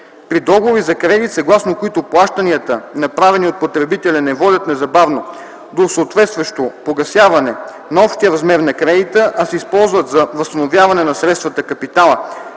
При договори за кредит, съгласно които плащанията, направени от потребителя, не водят незабавно до съответстващо погасяване на общия размер на кредита, а се използват за възстановяване на средствата (капитала)